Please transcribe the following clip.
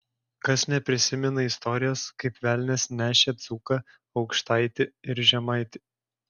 kas neprisimena istorijos kaip velnias nešė dzūką aukštaitį ir žemaitį